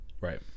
Right